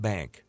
Bank